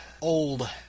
old